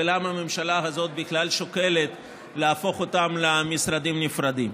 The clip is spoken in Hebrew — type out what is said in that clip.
ולמה הממשלה הזאת בכלל שוקלת להפוך אותם למשרדים נפרדים.